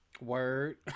Word